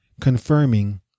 confirming